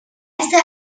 lesser